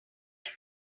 line